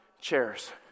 Chairs